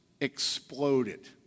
exploded